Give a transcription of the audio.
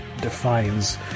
defines